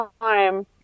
time